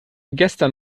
gestern